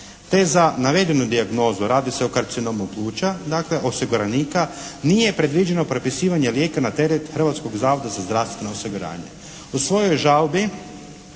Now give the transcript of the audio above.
te za navedenu dijagnozu, radi se o karcinomu pluća, dakle osiguranika nije predviđeno propisivanje lijeka na teret Hrvatskog zavoda za zdravstveno osiguranje. U svojoj žalbi